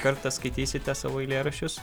kartą skaitysite savo eilėraščius